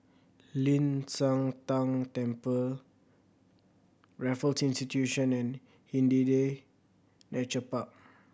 Ling San Teng Temple Raffles Institution and Hindhede Nature Park